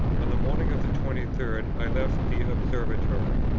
on the morning of the twenty third i left the observatory.